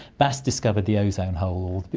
bas discovered the ozone hole,